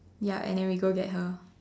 ya and then we go get her